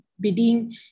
bidding